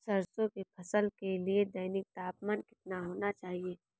सरसों की फसल के लिए दैनिक तापमान कितना होना चाहिए?